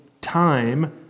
time